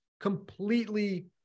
completely